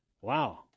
Wow